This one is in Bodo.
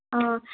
अ